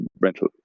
rental